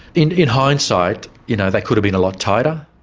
in in hindsight, you know, they could have been a lot tighter.